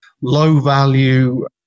low-value